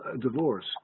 divorce